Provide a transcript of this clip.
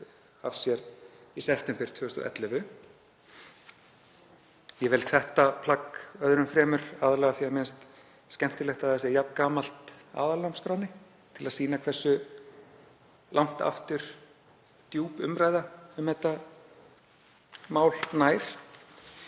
af sér í september 2011. Ég vel þetta plagg öðrum fremur aðallega af því mér finnst skemmtilegt að það sé jafn gamalt aðalnámskránni til að sýna hversu langt aftur djúp umræða um þetta mál nær.